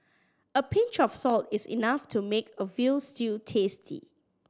a pinch of salt is enough to make a veal stew tasty